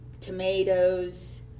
Tomatoes